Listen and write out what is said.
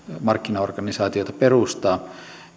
markkinaorganisaatioita perustaa